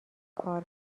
کار